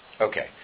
Okay